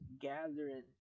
gathering